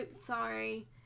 Sorry